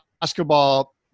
basketball